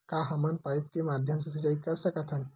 का हमन पाइप के माध्यम से सिंचाई कर सकथन?